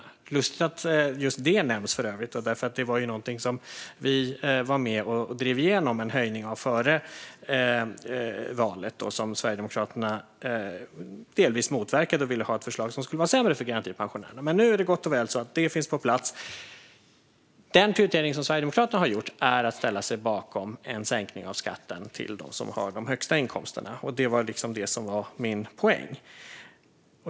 Det är lustigt att just den nämns, för övrigt, för det var något som vi var med och drev igenom en höjning av före valet, som Sverigedemokraterna delvis motverkade; ni ville ha ett förslag som skulle ha varit sämre för garantipensionärerna. Men nu är det gott och väl - det finns på plats. Den prioritering som Sverigedemokraterna har gjort är att ställa sig bakom en sänkning av skatten för dem som har de högsta inkomsterna; det var detta som var min poäng.